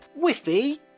Whiffy